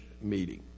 meeting